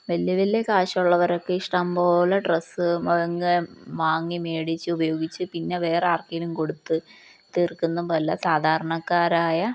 വലിയ വലിയ കാശുള്ളവരൊക്കെ ഇഷ്ടംപോലെ ഡ്രസ്സ് വാങ്ങി വേടിച്ച് ഉപയോഗിച്ച് പിന്നെ വേറെ ആർക്കെങ്കിലും കൊടുത്ത് തീർക്കുന്ന പോലെ അല്ല സാധാരണക്കാരായ